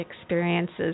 experiences